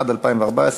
18,